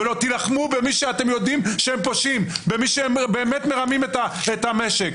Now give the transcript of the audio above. תילחמו במי שאתם יודעים שהם פושעים ובמי שבאמת מרמים את המשק,